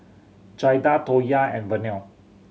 Jaida Toya and Vernelle